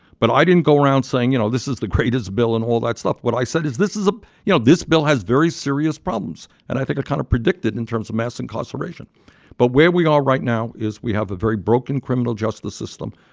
but i didn't go around saying, you know, this is the greatest bill and all that stuff. what i said is, this is a you know, this bill has very serious problems. and i think i kind of predicted in terms of mass incarceration but where we are right now is we have a very broken criminal justice system.